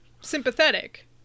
sympathetic